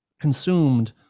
consumed